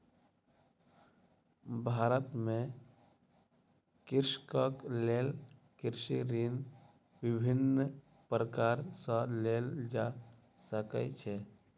भारत में कृषकक लेल कृषि ऋण विभिन्न प्रकार सॅ लेल जा सकै छै